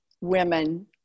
women